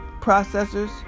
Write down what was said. processors